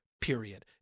period